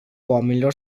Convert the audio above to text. oamenilor